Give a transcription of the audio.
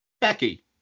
Becky